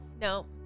No